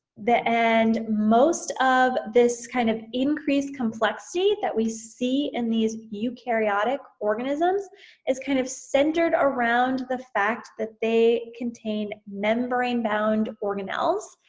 and most of this kind of increased complexity that we see in these eukaryotic organisms is kind of centered around the fact that they contain membrane-bound organelles.